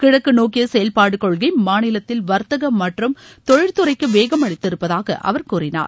கிழக்கு நோக்கிய செயல்பாடு கொள்கை மாநிலத்தில் வர்த்தகம் மற்றும் தொழில் துறைக்கு வேகம் அளித்திருப்பதாக அவர் கூறினார்